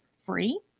free